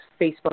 Facebook